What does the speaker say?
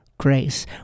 grace